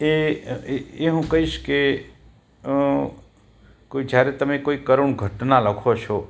એ એ હું કહીશ કે કોઈ જ્યારે તમે કોઈ કરુણ ઘટના લખો છો